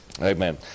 Amen